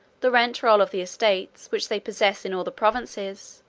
the rent-roll of the estates which they possess in all the provinces,